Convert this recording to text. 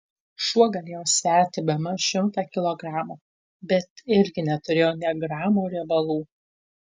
šuo galėjo sverti bemaž šimtą kilogramų bet irgi neturėjo nė gramo riebalų